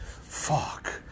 Fuck